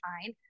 fine